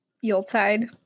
yuletide